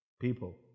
people